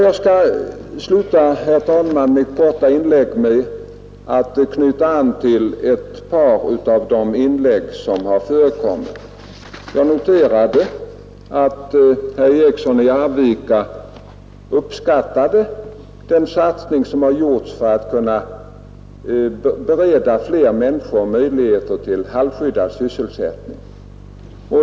Jag skall, herr talman, sluta mitt korta inlägg med att knyta an till ett par anföranden som har hållits här. Jag noterade att herr Eriksson i Arvika uppskattade den satsning som har gjorts för att bereda fler människor möjligheter till halvskyddad sysselsättning.